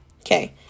Okay